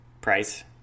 Price